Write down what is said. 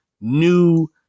new